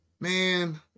Man